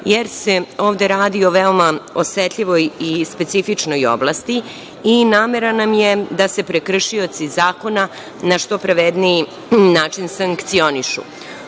jer se ovde radi o veoma osetljivoj i specifičnoj oblasti. Namera nam je da se prekršioci zakona na što pravedniji način sankcionišu.